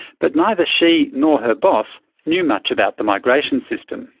but neither she nor her boss knew much about the migration system.